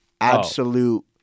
absolute